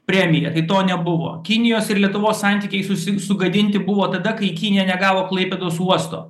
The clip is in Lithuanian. premiją tai to nebuvo kinijos ir lietuvos santykiai susi sugadinti buvo tada kai kinija negavo klaipėdos uosto